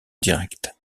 directe